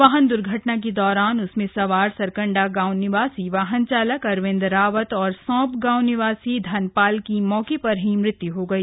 वाहन दुर्घटना के दौरान उसमे सवार सरकंडा गांव निवासी वाहन चालक अरविंद रावत और सौंप गांव निवासी धनपाल की मौके पर ही मौत हो गई